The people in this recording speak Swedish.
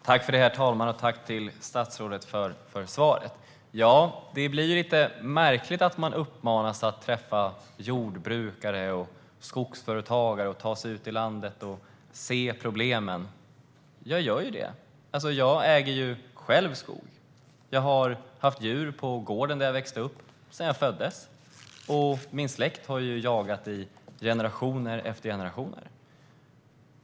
Herr talman! Jag tackar statsrådet för detta svar. Det blir lite märkligt att jag uppmanas att träffa jordbrukare och skogsföretagare och att ta mig ut i landet och se problemen. Jag gör det, och jag äger skog. På gården där jag växte upp hade jag djur från att jag föddes. Och min släkt har jagat i generation efter generation.